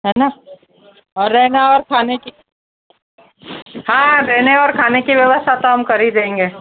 है ना और रहना और खाने की हाँ रहने और खाने की व्यवस्था तो हम कर ही देंगे